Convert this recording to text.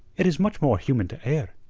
it is much more human to err,